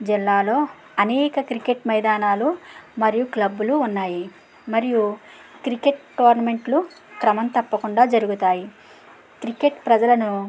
జిల్లాలో అనేక క్రికెట్ మైదానాలు మరియు క్లబ్బులు ఉన్నాయి మరియు క్రికెట్ టోర్నమెంట్లు క్రమం తప్పకుండా జరుగుతాయి క్రికెట్ ప్రజలను